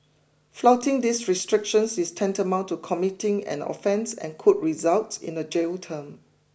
flouting these restrictions is tantamount to committing an offence and could result in a jail term